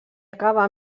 acabà